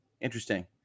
Interesting